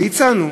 והצענו,